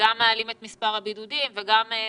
מעלים את מספר הבידודים וגם מסכנים,